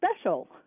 Special